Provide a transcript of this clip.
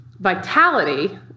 vitality